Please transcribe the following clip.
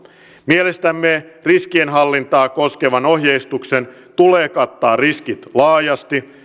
mielestämme riskienhallintaa koskevan ohjeistuksen tulee kattaa riskit laajasti